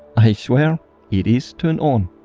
i swear it is turned on.